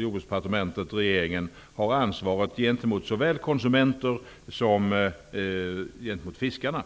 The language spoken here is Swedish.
Jordbruksdepartementet och regeringen har ansvaret gentemot såväl konsumenter som fiskare.